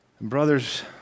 Brothers